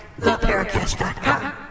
theparacast.com